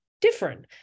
different